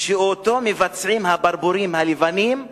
שאותו מבצעים הברבורים הלבנים,